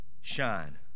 shine